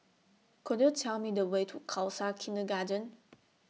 Could YOU Tell Me The Way to Khalsa Kindergarten